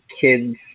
kids